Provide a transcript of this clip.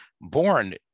born